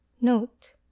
Note